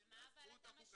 אבל על מה אתה משבית?